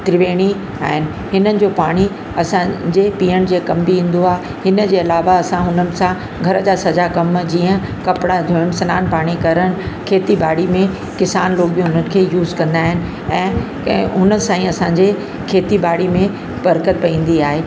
त्रिवेणी आहिनि हिननि जो पाणी असांजे पीअण जे कम बि ईंदो आहे हिनजे अलावा असां हुन सां घर जा सॼा कमु जीअं कपिड़ा धोइण सिनानु पाणी करण खेती बाड़ी में किसान लोग बि उन्हनि खे यूस कंदा आहिनि ऐं हुन सां ई असांजे खेती ॿाड़ी में बरकत पैंदी आहे